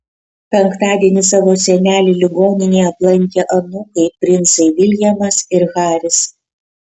penktadienį savo senelį ligoninėje aplankė anūkai princai viljamas ir haris